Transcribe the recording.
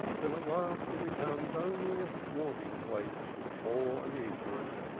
till at last it becomes only a swarming place for the poor and the ignorant,